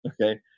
Okay